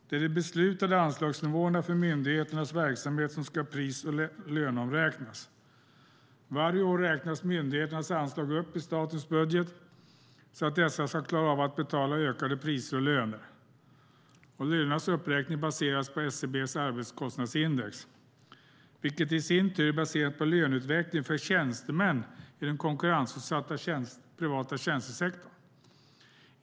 Det är de beslutade anslagsnivåerna för myndigheternas verksamhet som ska pris och löneomräknas. Varje år räknas myndigheternas anslag upp i statens budget så att dessa ska klara av att betala ökade priser och löner. Lönernas uppräkning baseras på SCB:s arbetskostnadsindex, vilket i sin tur är baserat på löneutvecklingen för tjänstemän i den konkurrensutsatta, privata tjänstesektorn.